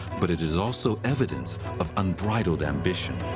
but it is also evidence of unbridled ambition.